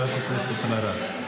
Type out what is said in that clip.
חברת הכנסת אלהרר,